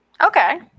Okay